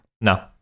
No